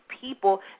people